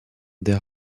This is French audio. der